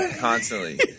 constantly